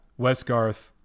Westgarth